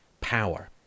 power